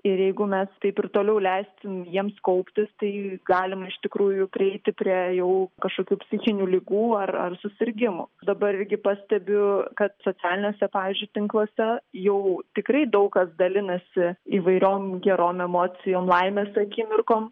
ir jeigu mes taip ir toliau leisim jiems kauptis tai galima iš tikrųjų prieiti prie jau kažkokių psichinių ligų ar ar susirgimų dabar irgi pastebiu kad socialiniuose pavyzdžiui tinkluose jau tikrai daug kas dalinasi įvairiom gerom emocijom laimės akimirkom